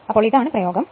അതിനാൽ ഇതാണ് പ്രയോഗം